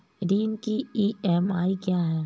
ऋण की ई.एम.आई क्या है?